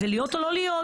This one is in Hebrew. זה להיות או לא להיות.